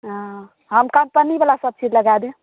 हँ हम कम्पनीवला सभचीज लगा देब